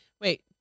wait